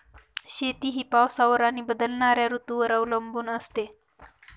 शेती ही पावसावर आणि बदलणाऱ्या ऋतूंवर अवलंबून असते